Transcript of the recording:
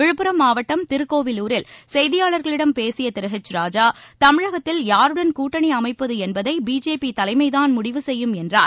விழுப்புரம் மாவட்டம் திருக்கோவிலூரில் செய்தியாளர்களிடம் பேசிய திரு ஹெச் ராஜா தமிழகத்தில் யாருடன் கூட்டணி அமைப்பது என்பதை பிஜேபி தலைமைதான் முடிவு செய்யும் என்றார்